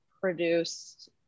produced